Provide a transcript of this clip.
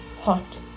hot